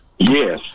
Yes